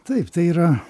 taip tai yra